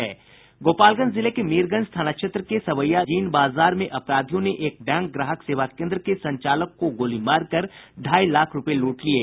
गोपालगंज जिले के मीरगंज थाना क्षेत्र के सवैया जीन बाजार में अपराधियों ने एक बैंक ग्राहक सेवा केन्द्र के संचालक को गोली मारकर ढ़ाई लाख रुपये लूट लिये